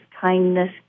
kindness